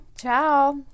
Ciao